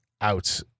out